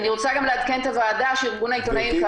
אני רוצה לעדכן את הוועדה שארגון העיתונאים,